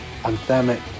anthemic